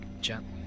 gently